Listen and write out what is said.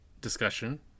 discussion